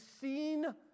seen